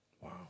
Wow